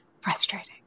frustrating